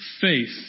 faith